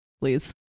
please